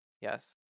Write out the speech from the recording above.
yes